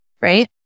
right